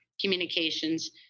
communications